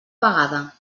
vegada